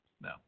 No